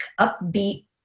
upbeat